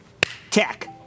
tech